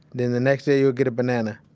then the next day you'll get a banana.